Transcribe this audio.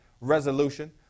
resolution